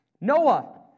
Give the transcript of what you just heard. Noah